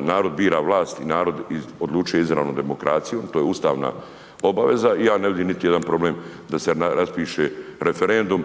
narod bira vlast i narod odlučuje o izravnoj demokraciji, to je ustavna obaveza i ja ne vidim niti jedan problem da se raspiše referendum